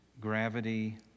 gravity